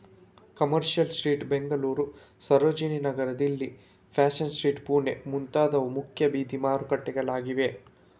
commercial street Bengaluru, Sarojini Nagar Delhi, fashion street Pune ಮುಂತಾದವು ಮುಖ್ಯ ಬೀದಿ ಮಾರುಕಟ್ಟೆಗಳಾಗಿವೆ